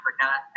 Africa